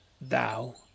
Thou